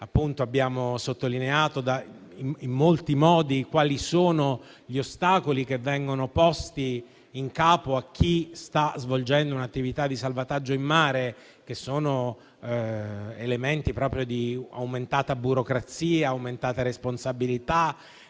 Abbiamo sottolineato in molti modi quali sono gli ostacoli che vengono posti in capo a chi sta svolgendo un'attività di salvataggio in mare: elementi di aumentata burocrazia e accresciuta responsabilità,